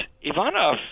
Ivanov